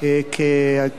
(תיקון מס' 12),